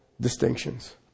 distinctions